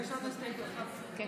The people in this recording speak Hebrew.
כן,